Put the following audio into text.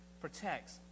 protects